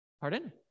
Pardon